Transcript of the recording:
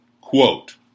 Quote